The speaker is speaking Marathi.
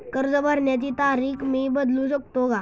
कर्ज भरण्याची तारीख मी बदलू शकतो का?